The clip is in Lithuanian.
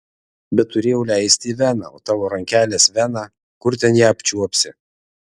bet turėjau leisti į veną o tavo rankelės vena kur ten ją apčiuopsi